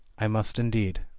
i must indeed,